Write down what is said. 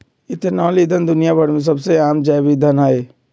ethanol ईंधन दुनिया भर में सबसे आम जैव ईंधन हई